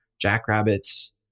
jackrabbits